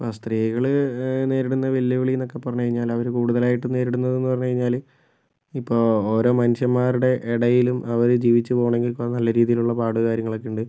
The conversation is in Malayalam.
ഇപ്പോൾ സ്ത്രീകള് നേരിടുന്ന വെല്ലു വിളി എന്നൊക്കെ പറഞ്ഞ് കഴിഞ്ഞാലവര് കൂടുതലായിട്ടും നേരിടുന്നതെന്ന് പറഞ്ഞ് കഴിഞ്ഞാല് ഇപ്പോൾ ഓരോ മനുഷ്യന്മാരുടെ ഇടയിലും അവര് ജീവിച്ച് പോകണമെങ്കില് കുറെ നല്ല രീതിയിലുള്ള പാട് കാര്യങ്ങളൊക്കെ ഉണ്ട്